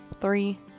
three